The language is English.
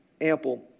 ample